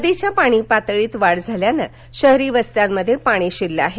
नदीच्या पाणी पातळीत वाढ झाल्याने शहरी वस्त्यांमध्ये पाणी शिरलं आहे